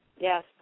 yes